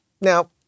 now